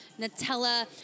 Nutella